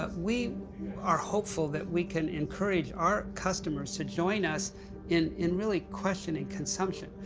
ah we are hopeful that we can encourage our customers to join us in in really questioning consumption.